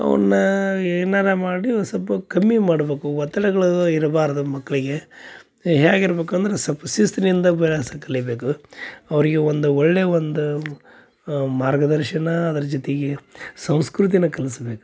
ಅವನ್ನ ಏನಾರ ಮಾಡಿ ಓ ಸೊಲ್ಪ ಕಮ್ಮಿ ಮಾಡಬೇಕು ಒತ್ತಡಗಳು ಇರ್ಬಾರದು ಮಕ್ಕಳಿಗೆ ಹ್ಯಾಗೆ ಇರ್ಬಕು ಅಂದ್ರ ಸೊಲ್ಪ ಶಿಸ್ತಿನಿಂದ ಬೆಳಸದು ಕಲಿಯಬೇಕು ಅವರಿಗೆ ಒಂದು ಒಳ್ಳೆಯ ಒಂದು ಮಾರ್ಗದರ್ಶನ ಅದ್ರ ಜೊತೆಗೆ ಸಂಸ್ಕೃತಿನ ಕಲಸಬೇಕು